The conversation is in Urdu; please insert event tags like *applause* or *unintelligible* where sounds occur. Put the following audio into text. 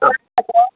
*unintelligible*